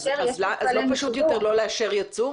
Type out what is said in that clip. לא פשוט יותר לא לארש יצוא?